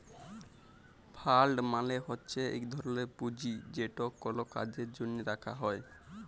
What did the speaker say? fund মালে হছে ইক ধরলের পুঁজি যেট কল কাজের জ্যনহে রাখা হ্যয়